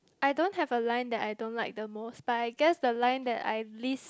I don't have a line that I don't like the most but I guess the line I least